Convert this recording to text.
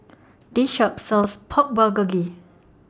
This Shop sells Pork Bulgogi